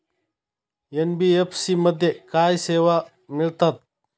NBFC मध्ये काय सेवा मिळतात?